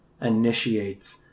initiates